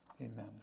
Amen